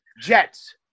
Jets